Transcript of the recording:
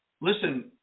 Listen